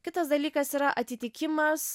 kitas dalykas yra atitikimas